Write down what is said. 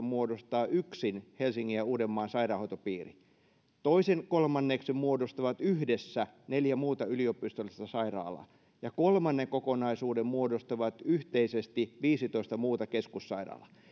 muodostaa yksin helsingin ja uudenmaan sairaanhoitopiiri toisen kolmanneksen muodostavat yhdessä neljä muuta yliopistollista sairaalaa ja kolmannen kokonaisuuden muodostavat yhteisesti viisitoista muuta keskussairaala